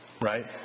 Right